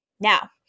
Now